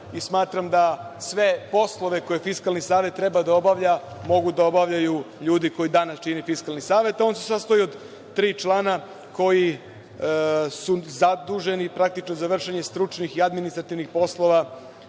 Smatram da sve poslove koje Fiskalni savet treba da obavlja mogu da obavljaju ljudi koji danas čine Fiskalni savet, a on se sastoji od tri člana koja su zadužena praktično za vršenje stručnih i administrativnih poslova